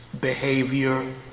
behavior